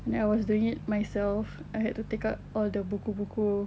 then I was doing it myself I had to take out all the buku-buku